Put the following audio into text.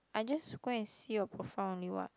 I just go and see your profile only what